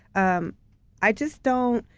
um i just don't.